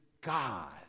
God